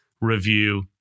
review